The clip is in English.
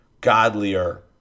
godlier